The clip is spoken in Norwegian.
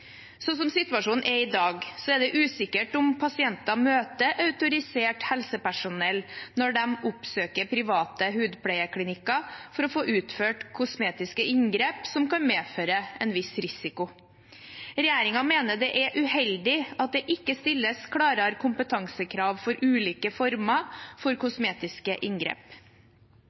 situasjonen er i dag, er det usikkert om pasienter møter autorisert helsepersonell når de oppsøker private hudpleieklinikker for å få utført kosmetiske inngrep som kan medføre en viss risiko. Regjeringen mener det er uheldig at det ikke stilles klarere kompetansekrav for ulike former for kosmetiske inngrep.